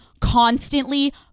constantly